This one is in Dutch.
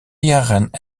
jaren